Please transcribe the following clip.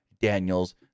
Daniels